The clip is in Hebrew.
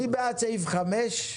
מי בעד אישור הסתייגות חמש?